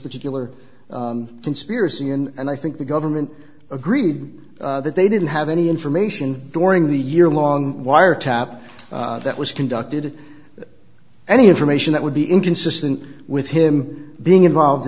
particular conspiracy and i think the government agreed that they didn't have any information during the year long wiretap that was conducted any information that would be inconsistent with him being involved